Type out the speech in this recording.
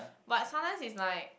but sometimes it's like